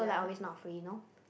like always not free you know